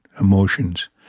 emotions